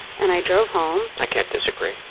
and i drove home. i can't disagree.